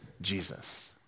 Jesus